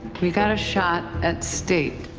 we've got a shot at state.